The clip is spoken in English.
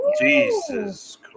Jesus